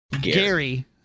Gary